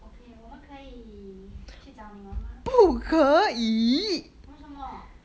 okay 我们可以去找你们吗为什么